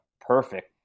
perfect